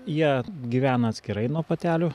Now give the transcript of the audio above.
jie gyvena atskirai nuo patelių